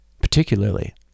Particularly